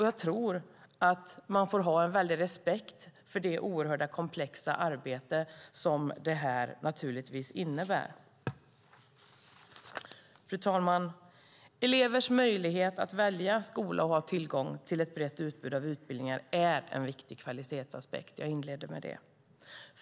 Jag tror att man får ha en stor respekt för det oerhört komplexa arbete som detta naturligtvis innebär. Fru talman! Elevers möjlighet att välja skola och ha tillgång till ett brett utbud av utbildningar är en viktig kvalitetsaspekt. Jag inledde med att säga det.